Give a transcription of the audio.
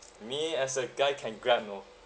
me as a guy can grab you know